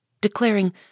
declaring